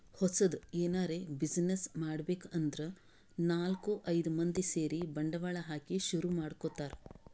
ಹೊಸದ್ ಎನರೆ ಬ್ಯುಸಿನೆಸ್ ಮಾಡ್ಬೇಕ್ ಅಂದ್ರ ನಾಲ್ಕ್ ಐದ್ ಮಂದಿ ಸೇರಿ ಬಂಡವಾಳ ಹಾಕಿ ಶುರು ಮಾಡ್ಕೊತಾರ್